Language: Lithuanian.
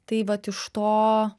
tai vat iš to